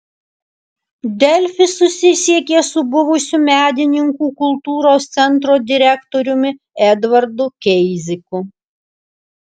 delfi susisiekė su buvusiu medininkų kultūros centro direktoriumi edvardu keiziku